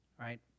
Right